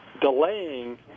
delaying